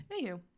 anywho